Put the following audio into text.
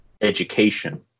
education